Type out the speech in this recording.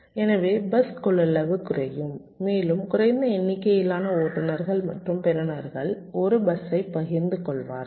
எனவே பஸ் கொள்ளளவு குறையும் மேலும் குறைந்த எண்ணிக்கையிலான ஓட்டுநர்கள் மற்றும் பெறுநர்கள் 1 பஸ்ஸை பகிர்ந்து கொள்வார்கள்